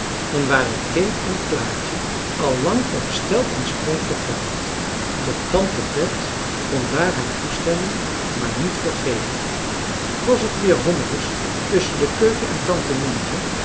dan waren kee en klaartje al lang op stel en sprong vertrokken doch tante bet kon daar haar toestemming maar niet voor geven was het weer hommeles tusschen de keuken en tante mientje